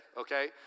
okay